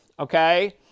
okay